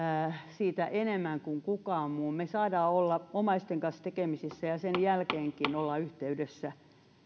siitä enemmän kuin kukaan muu me saamme olla omaisten kanssa tekemisissä ja sen jälkeenkin olemme yhteydessä